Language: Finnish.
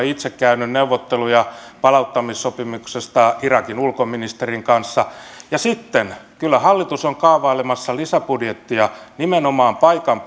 itse käynyt neuvotteluja palauttamissopimuksesta irakin ulkoministerin kanssa ja sitten kyllä hallitus on kaavailemassa lisäbudjettia nimenomaan paikan